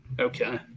Okay